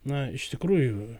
na iš tikrųjų